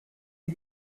est